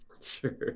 sure